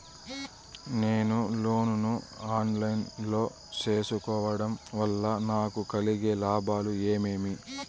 నేను లోను ను online లో సేసుకోవడం వల్ల నాకు కలిగే లాభాలు ఏమేమీ?